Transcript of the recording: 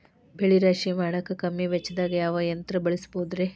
ಬೆಳೆ ರಾಶಿ ಮಾಡಾಕ ಕಮ್ಮಿ ವೆಚ್ಚದಾಗ ಯಾವ ಯಂತ್ರ ಬಳಸಬಹುದುರೇ?